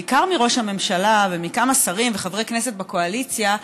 בעיקר מראש הממשלה ומכמה שרים וחברי כנסת בקואליציה,